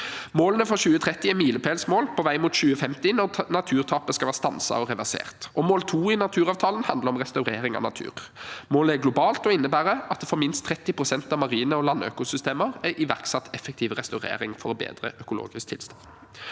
Målene for 2030 er milepælsmål på vei mot 2050, da naturtapet skal være stanset og reversert. Mål 2 i naturavtalen handler om restaurering av natur. Målet er globalt og innebærer at det for minst 30 pst. av marine- og landøkosystemer er iverksatt effektiv restaurering for å bedre økologisk tilstand.